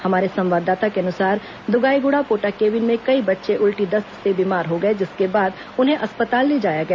हमारे संवाददाता के अनुसार द्गाईगुड़ा पोटाकेबिन में कई बच्चे उल्टी दस्त से बीमार हो गए जिसके बाद उन्हें अस्पताल ले जाया गया